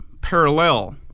parallel